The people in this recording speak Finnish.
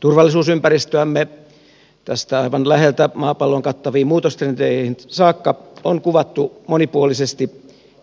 turvallisuusympäristöämme tästä aivan läheltä maapallon kattaviin muutostrendeihin saakka on kuvattu monipuolisesti